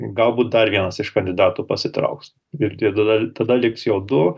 galbūt dar vienas iš kandidatų pasitrauks ir tie du dal tada liks jau du